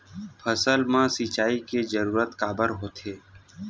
फसल मा सिंचाई के जरूरत काबर होथे?